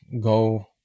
go